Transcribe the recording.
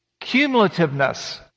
Cumulativeness